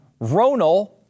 Ronal